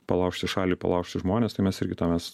palaužti šalį palaužti žmones tai mes irgi tą mes